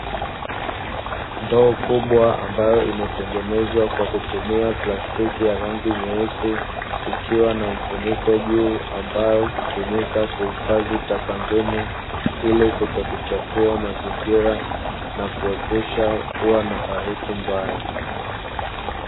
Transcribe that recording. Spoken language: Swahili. Ndoo kubwa ambayo imetengenezwa kwa kutumia plastiki ya rangi nyeusi, ikiwa na mfuniko juu ambayo hutumika kuhifadhi taka ngumu, ili kutokuchafua mazingira na kuepusha kuwa na harufu mbaya.